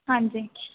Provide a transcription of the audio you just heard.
ਹਾਂਜੀ